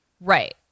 Right